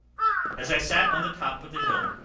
as i sat on the top of the hill,